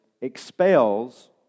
expels